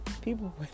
people